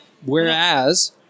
whereas